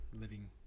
living